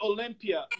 Olympia